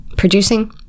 producing